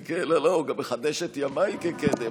לא, לא, הוא גם מחדש את ימיי כקדם.